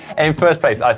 and first place,